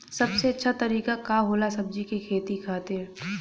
सबसे अच्छा तरीका का होला सब्जी के खेती खातिर?